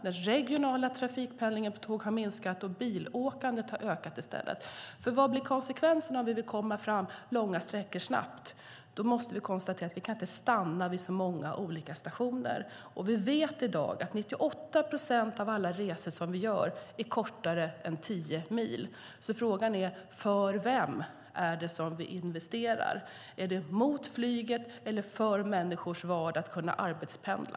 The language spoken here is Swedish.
Den regionala trafikpendlingen på tåg har minskat, och bilåkandet har i stället ökat. Vad blir konsekvenserna om vi vill komma fram snabbt långa sträckor? Då måste vi konstatera att vi inte kan stanna vid så många olika stationer. Vi vet i dag att 98 procent av alla resor som vi gör är kortare än 10 mil. Frågan är: För vem är det vi investerar? Är det mot flyget eller för människors vardag, att kunna arbetspendla?